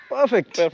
Perfect